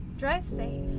drive safe